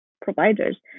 providers